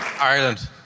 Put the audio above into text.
Ireland